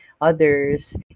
others